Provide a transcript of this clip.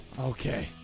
Okay